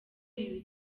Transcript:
ibi